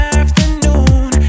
afternoon